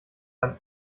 dann